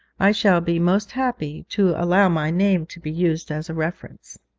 i shall be most happy to allow my name to be used as a reference.